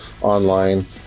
online